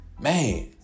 man